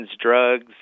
drugs